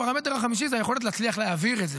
הפרמטר החמישי זה היכולת להצליח להעביר את זה.